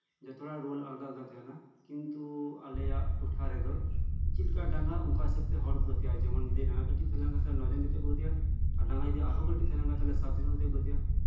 ᱡᱚᱛᱚ ᱦᱚᱲᱟᱜ ᱨᱳᱞ ᱟᱞᱟᱫᱟ ᱟᱞᱟᱫᱟ ᱛᱟᱦᱮᱱᱟ ᱠᱤᱱᱛᱩ ᱟᱞᱮᱭᱟᱜ ᱴᱚᱴᱷᱟ ᱨᱮᱫᱚ ᱪᱮᱫ ᱞᱮᱠᱟ ᱰᱟᱸᱜᱟ ᱚᱱᱠᱟ ᱦᱤᱥᱟᱹᱵᱛᱮ ᱦᱚᱲ ᱠᱚ ᱜᱟᱛᱮᱜᱼᱟ ᱡᱮᱢᱚᱱ ᱡᱩᱫᱤ ᱰᱟᱸᱜᱟ ᱠᱟᱹᱴᱤᱡ ᱛᱟᱦᱮᱸ ᱞᱮᱱᱠᱷᱟᱱ ᱱᱚ ᱡᱚᱱ ᱠᱟᱛᱮᱜ ᱠᱚ ᱜᱟᱛᱮᱜᱼᱟ ᱰᱟᱸᱜᱟ ᱡᱚᱫᱤ ᱟᱨᱦᱚᱸ ᱠᱟᱹᱴᱤᱡ ᱛᱟᱦᱮᱱᱟ ᱛᱟᱦᱚᱞᱮ ᱥᱟᱛ ᱡᱚᱱ ᱠᱟᱛᱮᱜ ᱠᱚ ᱜᱟᱛᱮᱜᱼᱟ